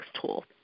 tool